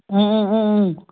ꯎꯝ ꯎꯝ